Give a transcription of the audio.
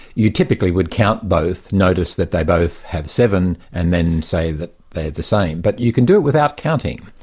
you typically would count both, notice that they both had seven, and then say that they're the same. but you can do it without counting.